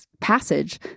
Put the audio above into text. passage